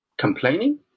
complaining